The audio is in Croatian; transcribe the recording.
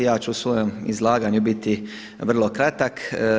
Ja ću u svojem izlaganju biti vrlo kratak.